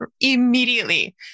immediately